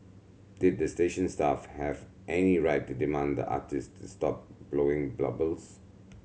did the station staff have any right to demand the artist to stop blowing bubbles